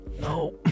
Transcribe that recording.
No